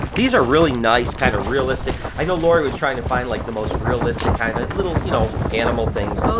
these are really nice, kind of realistic, i know lori was trying to find like the most realistic kind of little you know animal things.